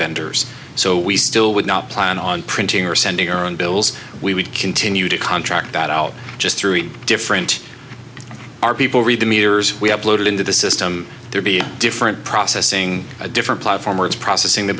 vendors so we still would not plan on printing or sending our own bills we would continue to contract that out just three different our people read the meters we have loaded into the system there being different processing a different platform or it's processing the